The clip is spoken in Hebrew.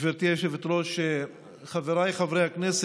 גברתי היושבת-ראש, חבריי חברי הכנסת,